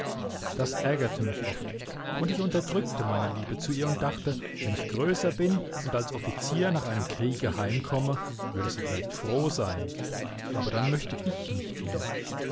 das ärgerte mich oft und ich unterdrückte meine liebe zu ihr und dachte wenn ich größer bin und als offizier nach einem kriege heimkomme würde sie vielleicht froh sein aber dann möchte ich nicht mehr